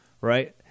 Right